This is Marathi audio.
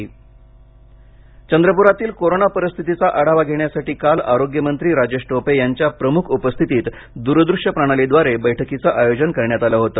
टोपे चंद्रपर चंद्रपुरातील कोरोना परिस्थीतीचा आढावा घेण्यासाठी काल आरोग्य मंत्री राजेश टोपे यांच्या प्रमूख उपस्थितीत द्रदूश्य प्रणालीद्वारे बैठकीचे आयोजन करण्यात आले होते